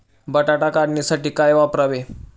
बटाटा काढणीसाठी काय वापरावे?